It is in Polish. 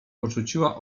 porzuciła